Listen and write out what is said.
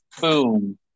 Boom